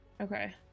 Okay